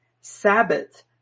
Sabbath